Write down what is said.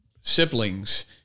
siblings